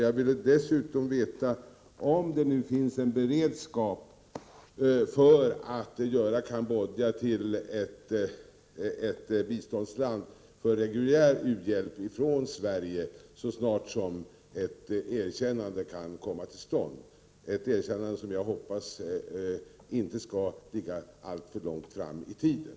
Jag vill dessutom veta om det nu finns en beredskap för att göra Cambodja till ett biståndsland med reguljär u-hjälp ifrån Sverige så snart ett erkännande kan komma till stånd, ett erkännande som jag hoppas inte skall ligga alltför långt fram i tiden?